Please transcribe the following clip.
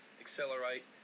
Accelerate